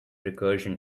recursion